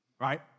right